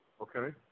Okay